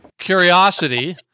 curiosity